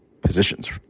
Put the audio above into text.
positions